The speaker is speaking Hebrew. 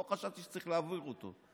לא חשבתי שצריך להעביר אותו.